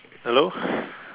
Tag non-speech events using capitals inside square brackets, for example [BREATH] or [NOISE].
hello [BREATH]